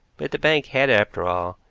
but the bank had, after all,